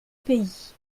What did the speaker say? pays